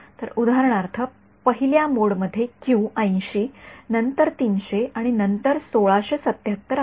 तर उदाहरणार्थ पहिल्या मोड मध्ये क्यू ८0 नंतर ३00 आणि नंतर १६७७ आहे